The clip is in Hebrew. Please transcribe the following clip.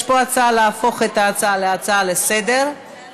יש פה הצעה להפוך את ההצעה להצעה לסדר-היום.